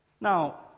Now